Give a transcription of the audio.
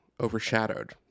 overshadowed